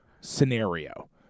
scenario